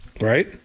right